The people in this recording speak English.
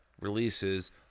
releases